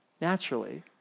naturally